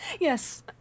Yes